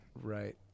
Right